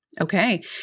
Okay